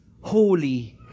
holy